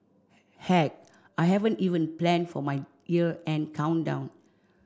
heck I haven't even plan for my year end countdown